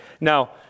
Now